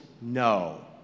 no